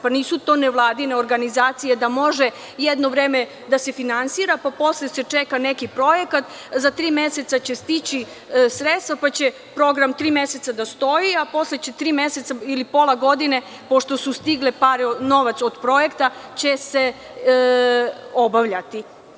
Pa nisu to nevladine organizacije da može jedno vreme da se finansira, pa posle da se čeka neki projekat, za tri meseca će stići sredstva, pa će program tri meseca da stoji, a posle tri meseca ili pola godine pošto je stigao novac od projekta će se obavljati?